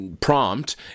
prompt